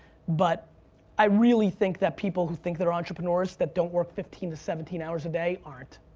but i really think that people who think they're entrepreneurs, that don't work fifteen to seventeen hours a day, aren't.